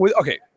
okay